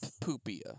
poopia